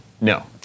No